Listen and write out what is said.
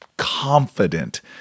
confident